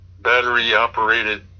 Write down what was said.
battery-operated